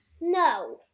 No